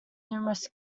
numerous